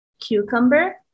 Cucumber